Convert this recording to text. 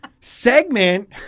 segment